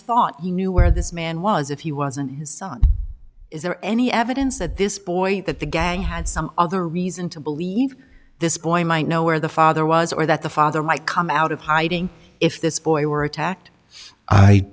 thought he knew where this man was if he wasn't his son is there any evidence that this boy that the gang had some other reason to believe this point might know where the father was or that the father might come out of hiding if this boy were attacked i